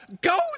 go